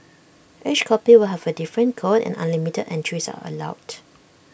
each copy will have A different code and unlimited entries are allowed